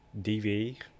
DV